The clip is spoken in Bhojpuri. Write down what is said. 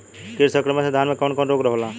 कीट संक्रमण से धान में कवन कवन रोग होला?